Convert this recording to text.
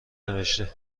نوشته